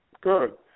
Good